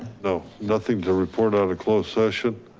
no. nothing to report out of closed session.